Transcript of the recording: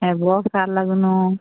হ্যাঁ বক্স আলনাগুলো